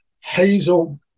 Hazel